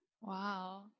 wow